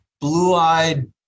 blue-eyed